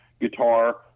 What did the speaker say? guitar